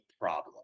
problem